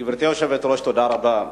גברתי היושבת-ראש, תודה רבה.